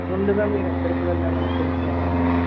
ముందుగా మీరెక్కడికి వెళ్ళాలనుకుంటున్నారండి